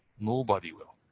nobody will.